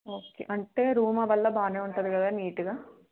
okay అంటే room అవల్లా బాగానే ఉంటుంది కదా నీట్గా